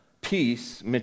peace